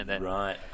Right